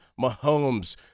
Mahomes